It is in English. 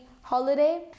holiday